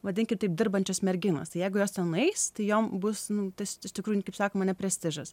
vadinkim taip dirbančios merginos jeigu jos ten nueis tai jom bus nu tas iš tikrųjų kaip sakoma ne prestižas